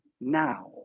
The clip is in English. now